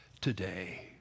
today